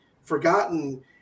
forgotten